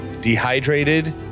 dehydrated